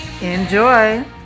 Enjoy